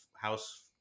house